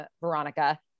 Veronica